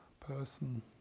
person